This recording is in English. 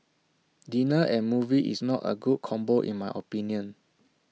dinner and movie is not A good combo in my opinion